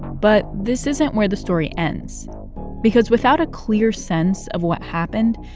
but this isn't where the story ends because without a clear sense of what happened,